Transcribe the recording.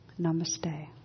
Namaste